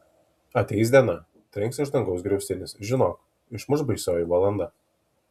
ateis diena trenks iš dangaus griaustinis žinok išmuš baisioji valanda